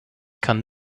kann